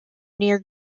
near